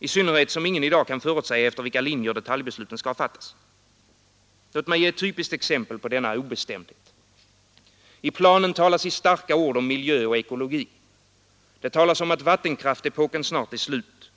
i synnerhet som ingen i dag kan förutsäga efter vilka linjer detaljbesluten skall fattas. Låt mig ge ett typiskt exempel på detta. I planen talas i starka ord om miljö och ekologi. Det talas om att vattenkraftsepoken snart är slut.